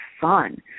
fun